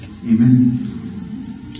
Amen